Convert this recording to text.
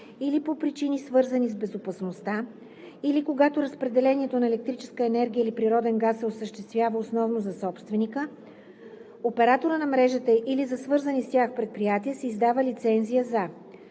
или по причини, свързани с безопасността, или когато разпределението на електрическа енергия или природен газ се осъществява основно за собственика, оператора на мрежата или за свързани с тях предприятия, се издава лицензия за: